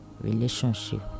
relationship